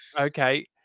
Okay